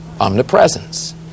omnipresence